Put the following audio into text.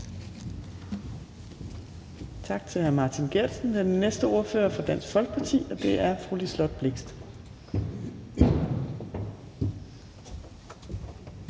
Tak til hr. Martin Geertsen. Den næste ordfører er fra Dansk Folkeparti, og det er fru Liselott Blixt.